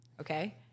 okay